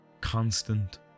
constant